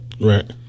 right